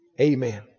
Amen